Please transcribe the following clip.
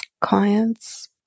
clients